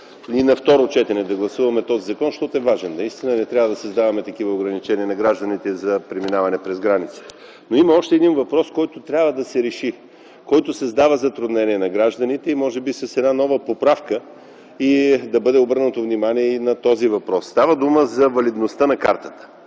и на второ четене този закон, защото е важен. Не бива да създаваме ограничения на гражданите за минаване през граница. Има обаче още един въпрос, който трябва да се реши, защото създава затруднения на гражданите. Може би с една нова поправка да бъде обърнато внимание на този въпрос. Става дума за валидността на картата.